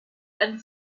and